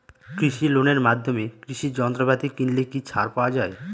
কৃষি লোনের মাধ্যমে কৃষি যন্ত্রপাতি কিনলে কি ছাড় পাওয়া যায়?